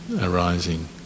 arising